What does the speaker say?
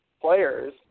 players